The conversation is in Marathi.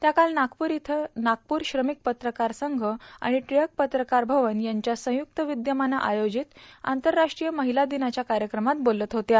त्या काल नागपूर इथं नागपूर श्रमिक पत्रकार संघ आणि टिळ्क पत्रकार भवन यांच्या संयुक्त विद्यमानं आयोजित आंतरराष्ट्रीय महिला दिनाच्या कार्यकमात बोलत होत्या